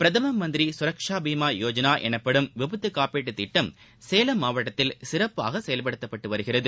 பிரதமமந்திரிகரக்ஷா பீமாயோஜனாஎனப்படும் விபத்துகாப்பீட்டுதிட்டம் சேலம் மாவட்டத்தில் சிறப்பாகசெயல்படுத்தப்பட்டுவருகிறது